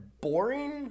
boring